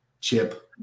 Chip